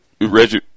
Reggie